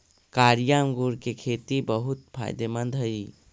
कारिया अंगूर के खेती बहुत फायदेमंद हई